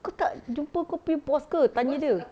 kau tak jumpa kau punya boss ke tanya dia